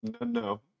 no